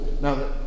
Now